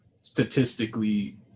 statistically